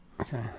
Okay